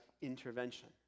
intervention